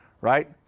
right